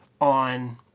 on